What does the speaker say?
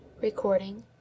Recording